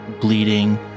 bleeding